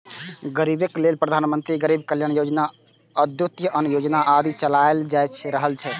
गरीबक लेल प्रधानमंत्री गरीब कल्याण योजना, अंत्योदय अन्न योजना आदि चलाएल जा रहल छै